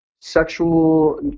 sexual